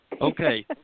Okay